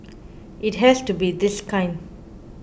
it has to be this kind